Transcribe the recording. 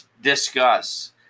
discuss